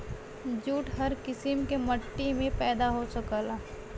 jute हर किसिम के मट्टी में पैदा हो सकला